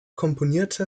komponierte